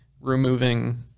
removing